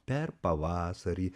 per pavasarį